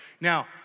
Now